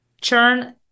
churn